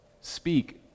Speak